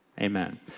Amen